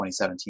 2017